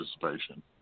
participation